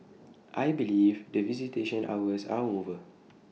I believe that visitation hours are over